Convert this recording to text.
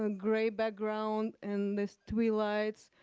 ah gray background and there's three lights.